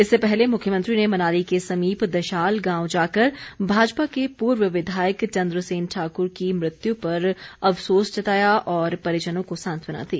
इससे पहले मुख्यमंत्री ने मनाली के समीप दशाल गांव जाकर भाजपा के पूर्व विधायक चन्द्रसेन ठाकुर की मृत्यु पर अफसोस जताया और परिजनों को सांत्वना दी